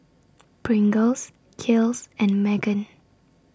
Pringles Kiehl's and Megan